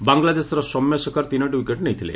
ବାଂଲାଦେଶର ସୌମ୍ୟ ଶେଖର ତିନିଟି ୱିକେଟ୍ ନେଇଥିଲେ